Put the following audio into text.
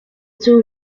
two